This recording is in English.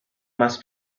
must